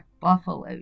Buffalo